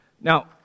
Now